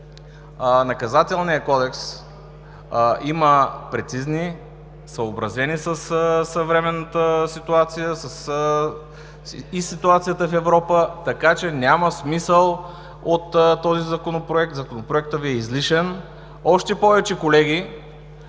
Наказателният кодекс има прецизни такива, съобразени със съвременната ситуация и ситуацията в Европа, така че няма смисъл от този Законопроект. Законопроектът Ви е излишен! Колеги,